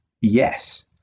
Yes